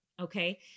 Okay